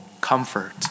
comfort